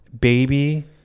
Baby